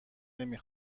نمی